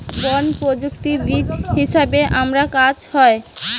বন প্রযুক্তিবিদ হিসাবে আমার কাজ হ